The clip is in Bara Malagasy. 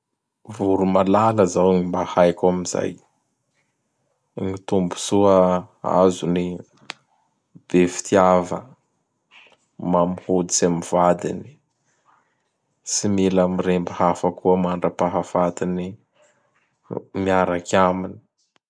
Voromalala zao gny mba haiko amin'izay. Gny tombotsoa azony: be fitiava, mamy hoditsy amin'ny vadiny, tsy mila miremby hafa koa mandrapahafatiny miaraky aminy.